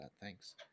thanks